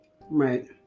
right